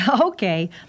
Okay